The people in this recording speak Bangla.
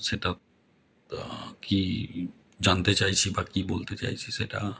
সেটা কী জানতে চাইছি বা কী বলতে চাইছি সেটা